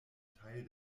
teil